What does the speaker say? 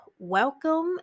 welcome